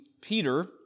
Peter